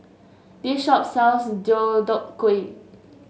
this shop sells Deodeok Gui